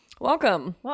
Welcome